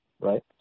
right